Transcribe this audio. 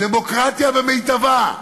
דמוקרטיה במיטבה.